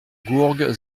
gourgue